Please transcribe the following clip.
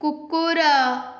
କୁକୁର